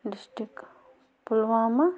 district Pulwama